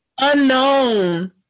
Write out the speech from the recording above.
Unknown